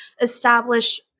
establish